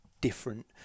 different